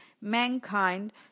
mankind